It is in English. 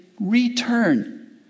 return